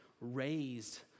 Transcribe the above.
raised